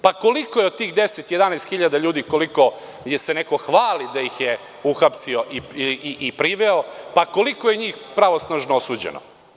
Pa koliko je od tih 10, 11.000 ljudi, jer se neko hvali da ih je uhapsio i priveo, pa koliko je njih pravosnažno osuđeno?